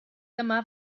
dyma